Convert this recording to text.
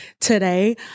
today